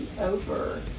over